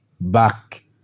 back